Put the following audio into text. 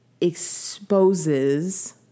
exposes